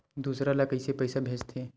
दूसरा ला कइसे पईसा भेजथे?